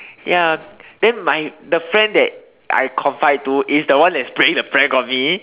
ya then my the friend that I confide to is the one that's playing the prank on me